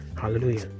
Hallelujah